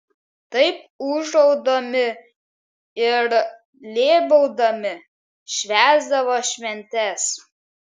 taip ūžaudami ir lėbaudami švęsdavo šventes